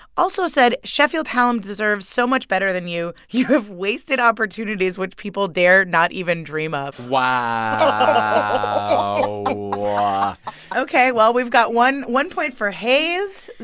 also said, sheffield hallam deserves so much better than you. you have wasted opportunities which people dare not even dream of wow ah ok. well, we've got one one point for hayes,